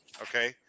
okay